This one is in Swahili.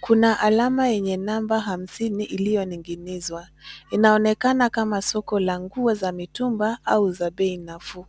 Kuna alama yenye namba hamsini iliyoning'inizwa. Inaonekana kama soko la nguo za mitumba au za bei nafuu.